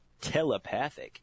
telepathic